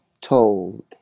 told